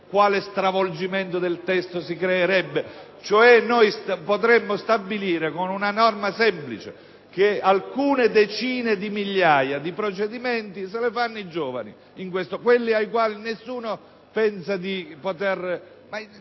quale stravolgimento del testo si determinerebbe. Noi potremmo stabilire con una norma semplice che alcune decine di migliaia di procedimenti se li fanno i giovani, quelli ai quali nessuno pensa; davvero